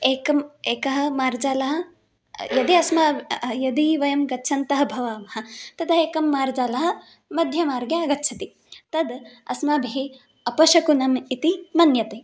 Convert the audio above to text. एकम् एकः मार्जालः यदि अस्माकं यदि वयं गच्छन्तः भवामः तदा एकं मार्जालः मध्येमार्गे आगच्छति तद् अस्माभिः अपशकुनम् इति मन्यते